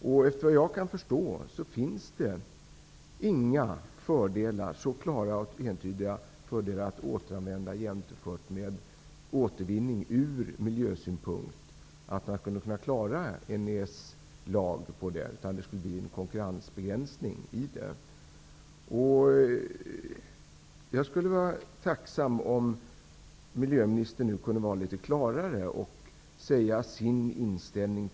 Såvitt jag kan förstå finns det inga ur miljösynpunkt klara och entydiga fördelar med att återanvända i stället för att återvinna, så att man skulle kunna klara en EES-lag utan att det skulle leda till konkurrensbegränsning. Jag skulle vara tacksam om miljöministern kunde vara litet klarare och redogöra för sin inställning.